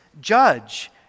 judge